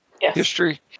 history